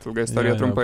ilga istorija trumpai